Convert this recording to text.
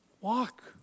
walk